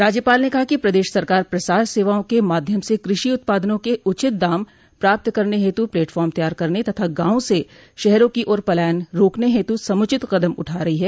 राज्यपाल ने कहा कि प्रदेश सरकार प्रसार सेवाओं के माध्यम से कृषि उत्पादनों के उचित दाम प्राप्त करने हेतु प्लेटफार्म तैयार करने तथा गांव से शहरों की ओर पलायन राकने हेतु समुचित कदम उठा रही है